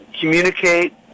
communicate